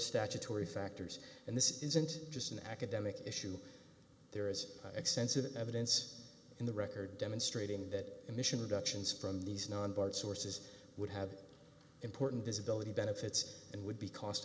statutory factors and this isn't just an academic issue there is extensive evidence in the record demonstrating that emission reductions from these non board sources would have important visibility benefits and would be cost